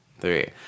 three